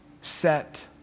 set